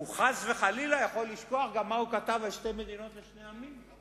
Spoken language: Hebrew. הוא חס וחלילה יכול לשכוח גם מה הוא כתב על שתי מדינות לשני עמים.